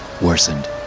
worsened